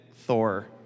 Thor